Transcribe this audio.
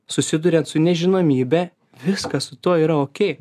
susiduriant su nežinomybe viskas su tuo yra okėj